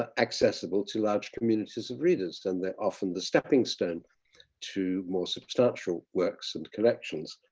ah accessible to large communities of readers. and they're often the stepping stone to more substantial works and collections.